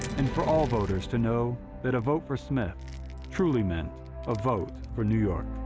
and for all voters to know that a vote for smith truly meant a vote for new york.